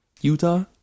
Utah